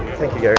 you, gary.